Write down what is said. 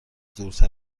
دورتر